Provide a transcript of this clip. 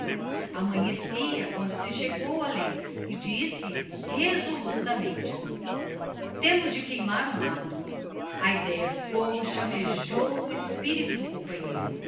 amanhecia quando se chegou a lentz e disse resolutamente temos de queimar o matto a idéa do fogo chammejou no espirito do companheiro